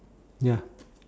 ya